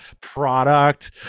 product